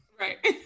right